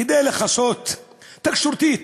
כדי לכסות תקשורתית